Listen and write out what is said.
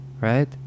right